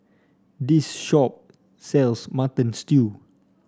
this shop sells Mutton Stew